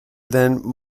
then